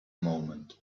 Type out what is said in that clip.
moment